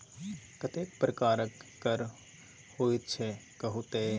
कतेक प्रकारक कर होइत छै कहु तए